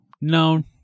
No